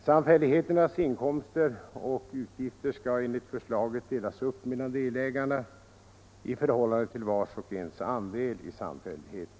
Samfälligheternas inkomster och utgifter skall enligt förslaget delas upp mellan delägarna i förhållande till vars och ens andel i samfälligheten.